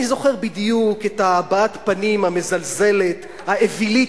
אני זוכר בדיוק את הבעת הפנים המזלזלת, האווילית,